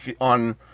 on